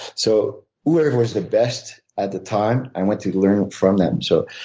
so whoever was the best at the time, i went to learn from them. so